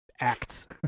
acts